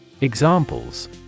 Examples